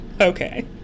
okay